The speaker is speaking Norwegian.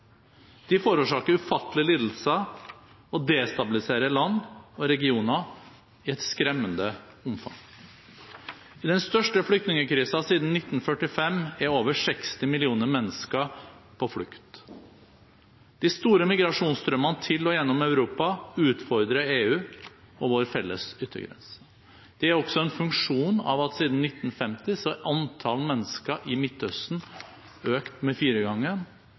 De forårsaker ufattelige lidelser, og destabiliserer land og regioner i et skremmende omfang. I den største flyktningkrisen siden 1945 er over 60 millioner mennesker på flukt. De store migrasjonsstrømmene til og gjennom Europa utfordrer EU og vår felles yttergrense. Det er også en funksjon av at siden 1950 er antall mennesker i Midtøsten økt fire ganger,